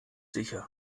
sicher